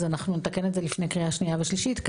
נתקן את זה לפני קריאה שנייה ושלישית כי